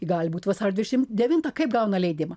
gali būt vasario dvidešim devintą kaip gauna leidimą